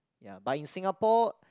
ya but in Singapore